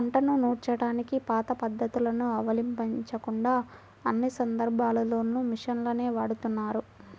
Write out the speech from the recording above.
పంటను నూర్చడానికి పాత పద్ధతులను అవలంబించకుండా అన్ని సందర్భాల్లోనూ మిషన్లనే వాడుతున్నారు